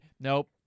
nope